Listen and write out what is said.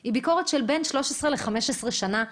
היא ביקורת של בין 13 ל-15 שנה אחורה.